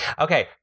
okay